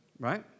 right